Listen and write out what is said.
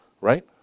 Right